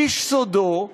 איש סודו,